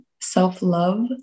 self-love